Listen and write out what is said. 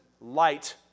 light